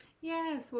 Yes